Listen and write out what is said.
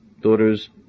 daughters